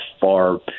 far